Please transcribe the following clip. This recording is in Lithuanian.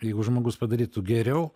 jeigu žmogus padarytų geriau